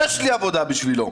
יש לי עבודה בשבילו.